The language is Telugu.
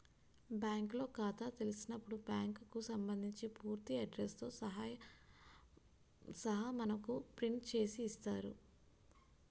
బ్యాంకులో ఖాతా తెలిసినప్పుడు బ్యాంకుకు సంబంధించిన పూర్తి అడ్రస్ తో సహా మనకు ప్రింట్ చేసి ఇస్తారు